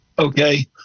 Okay